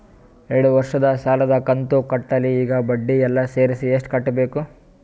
ಎರಡು ವರ್ಷದ ಸಾಲದ ಕಂತು ಕಟ್ಟಿಲ ಈಗ ಬಡ್ಡಿ ಎಲ್ಲಾ ಸೇರಿಸಿ ಎಷ್ಟ ಕಟ್ಟಬೇಕು?